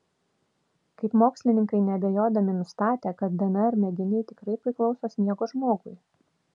kaip mokslininkai neabejodami nustatė kad dnr mėginiai tikrai priklauso sniego žmogui